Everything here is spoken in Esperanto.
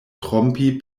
trompi